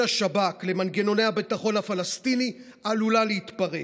השב"כ למנגנוני הביטחון הפלסטיני עלולה להתפרק.